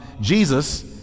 Jesus